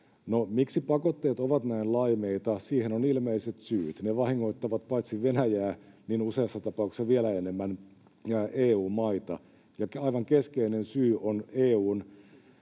miksi pakotteet ovat näin laimeita? Siihen on ilmeiset syyt. Ne vahingoittavat paitsi Venäjää niin useassa tapauksessa vielä enemmän EU-maita. Aivan keskeinen syy on EU:n